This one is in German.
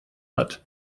hat